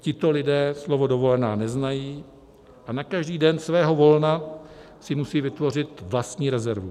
Tito lidé slovo dovolená neznají a na každý den svého volna si musejí vytvořit vlastní rezervu.